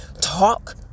talk